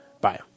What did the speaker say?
Bye